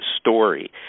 story